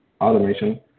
Automation